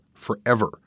forever